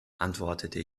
antwortete